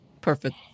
perfect